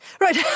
Right